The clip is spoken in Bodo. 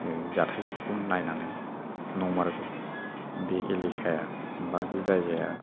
जाथायफोरखौ नायनानै नंमारगौ बे एलेखाया बा बे जायगाया